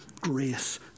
grace